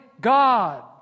God